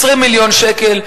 20 מיליון שקל,